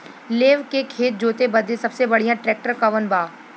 लेव के खेत जोते बदे सबसे बढ़ियां ट्रैक्टर कवन बा?